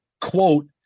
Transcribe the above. quote